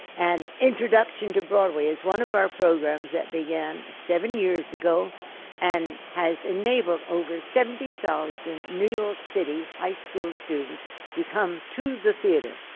and introduction to broadway is one of our programs, that began seven years ago and has enabled over seventy thousand new city high school students to come to the theatre,